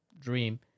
Dream